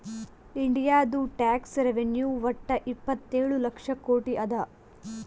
ಇಂಡಿಯಾದು tax revenue ವಟ್ಟ ಇಪ್ಪತ್ತೇಳು ಲಕ್ಷ ಕೋಟಿ ಅದಾ